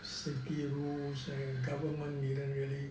strictly rules and government didn't really